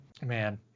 Man